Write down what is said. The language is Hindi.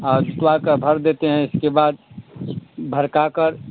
और जोतवा कर भर देते हें इसके बाद भरका कर